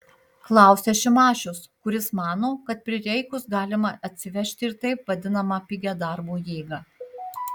klausia šimašius kuris mano kad prireikus galima atsivežti ir taip vadinamą pigią darbo jėgą